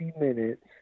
minutes